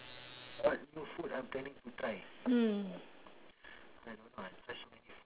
hmm